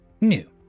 New